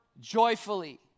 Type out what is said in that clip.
joyfully